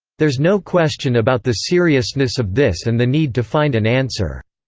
there's no question about the seriousness of this and the need to find an answer.